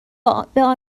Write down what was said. آنها